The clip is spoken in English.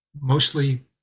mostly